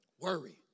Worry